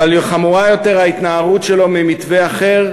אבל חמורה יותר ההתנערות שלו ממתווה אחר,